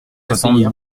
soixante